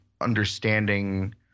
understanding